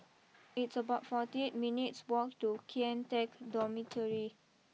it's about forty eight minutes walk to Kian Teck Dormitory